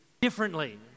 differently